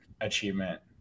achievement